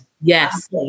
Yes